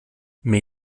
mais